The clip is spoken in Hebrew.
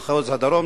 מחוז הדרום,